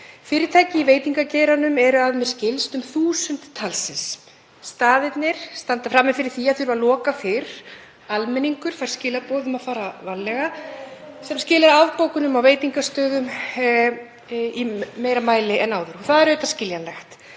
Fyrirtæki í veitingageiranum eru, að mér skilst, um 1.000 talsins. Staðirnir standa frammi fyrir því að þurfa að loka fyrr. Almenningur fær skilaboð um að fara varlega, sem skilar fleiri afbókunum en áður á veitingastöðum og það er auðvitað skiljanlegt.